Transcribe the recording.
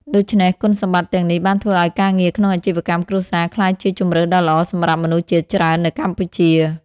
ដូច្នេះ គុណសម្បត្តិទាំងនេះបានធ្វើឱ្យការងារក្នុងអាជីវកម្មគ្រួសារក្លាយជាជម្រើសដ៏ល្អសម្រាប់មនុស្សជាច្រើននៅកម្ពុជា។